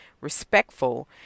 respectful